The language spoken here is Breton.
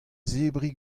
zebriñ